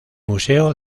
museo